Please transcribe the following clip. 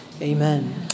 Amen